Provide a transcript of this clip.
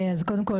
שלום,